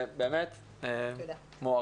זה באמת מוערך.